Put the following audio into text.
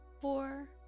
four